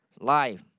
life